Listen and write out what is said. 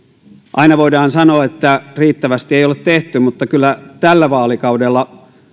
aina voidaan sanoa että riittävästi ei ole tehty mutta kyllä tällä vaalikaudella